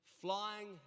flying